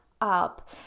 up